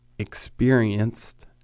experienced